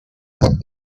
had